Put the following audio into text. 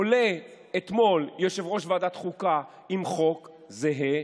עולה אתמול יושב-ראש ועדת חוקה עם חוק זהה,